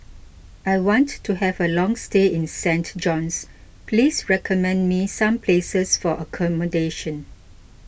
I want to have a long stay in Saint John's Please recommend me some places for accommodation